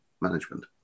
management